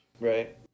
Right